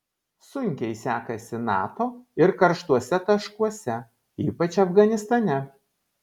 sunkiai sekasi nato ir karštuose taškuose ypač afganistane